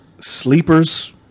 sleepers